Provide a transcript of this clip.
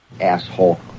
Asshole